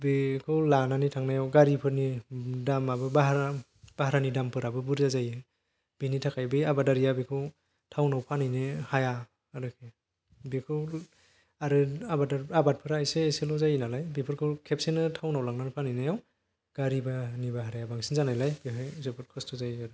बेखौ लानानै थांनायाव गारिफोरनि दामाबो बारा भारानि दामफ्राबो बुर्जा जायो बेनि थाखाय बै आबादारिया बेखौ टाउनाव फानहैनो हाया आरो बेखौ आरो आबादफ्रा एसे एसेल' जायो नालाय बेफोरखौ खेबसेनो टाउनाव लानानै फानहैनायाव गारि भारानि भाराया बांसिन जानायलाय जोबोत खस्थ' जायो आरो